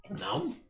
No